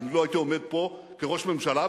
אני לא הייתי עומד פה כראש ממשלה,